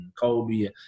Kobe